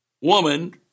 woman